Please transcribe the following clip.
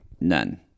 None